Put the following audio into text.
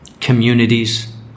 communities